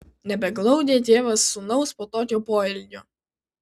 nebeglaudė tėvas sūnaus po tokio poelgio